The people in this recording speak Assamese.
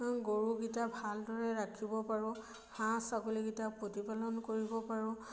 গৰুকেইটা ভালদৰে ৰাখিব পাৰোঁ হাঁহ ছাগলীকেইটা প্ৰতিপালন কৰিব পাৰোঁ